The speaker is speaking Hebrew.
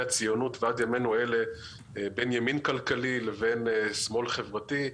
הציונות ועד ימינו אלה בין ימין כלכלי לבין שמאל חברתי,